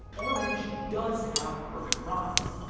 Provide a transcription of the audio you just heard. orange does have perfect rhymes.